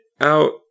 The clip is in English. out